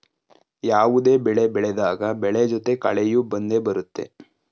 ಯಾವುದೇ ಬೆಳೆ ಬೆಳೆದಾಗ ಬೆಳೆ ಜೊತೆ ಕಳೆಯೂ ಬಂದೆ ಬರುತ್ತೆ